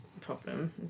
problem